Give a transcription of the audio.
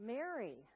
Mary